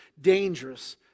dangerous